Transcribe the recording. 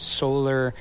solar